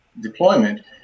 deployment